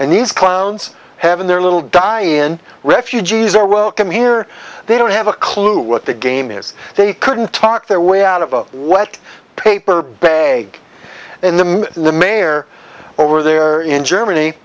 and these clowns having their little die in refugees are welcome here they don't have a clue what the game is they couldn't talk their way out of a wet paper bag in the middle of the mayor over there in germany